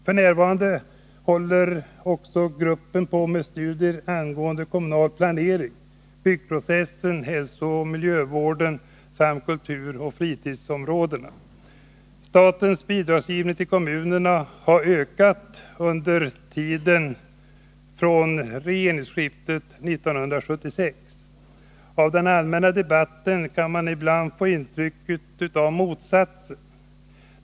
F.n. håller stat-kommun-gruppen också på med studier angående kommunal planering, byggprocessen, hälsooch miljövården samt kulturoch fritidsområdena. Statens bidragsgivning till kommunerna har ökat hela tiden från regeringsskiftet 1976. Av den allmänna debatten kan man ibland få intrycket av motsatsen.